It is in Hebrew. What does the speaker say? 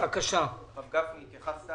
מר גפני, התייחסת